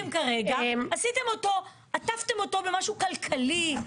עטפתם אותו במשהו כלכלי,